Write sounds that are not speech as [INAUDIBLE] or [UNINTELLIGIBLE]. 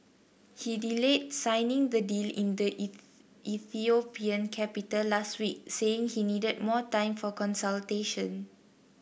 he delayed signing the deal in the [UNINTELLIGIBLE] Ethiopian capital last week saying he needed more time for consultations